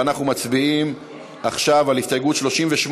אנחנו מצביעים עכשיו על הסתייגות 38,